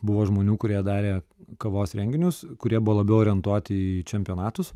buvo žmonių kurie darė kavos renginius kurie buvo labiau orientuoti į čempionatus